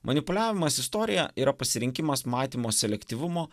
manipuliavimas istorija yra pasirinkimas matymo selektyvumo